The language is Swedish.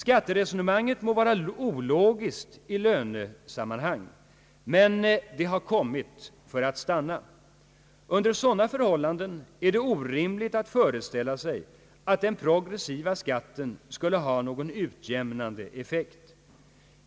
Skatteresonemanget må vara ologiskt i lönesammanhang, men det har kommit för att stanna. Under sådana förhållanden är det orimligt att föreställa sig, att den progressiva skatten skulle ha någon utjämnande effekt.